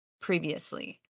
previously